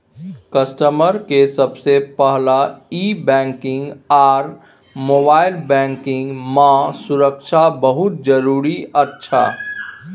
customer के सबसे पहला ई बैंकिंग आर मोबाइल बैंकिंग मां सुरक्षा बहुत जरूरी अच्छा